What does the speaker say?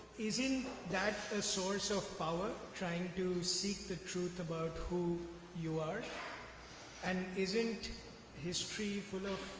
isn't that a source of power trying to seek the truth about who you are and isn't history full of